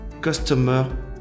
customer